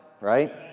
right